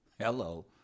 hello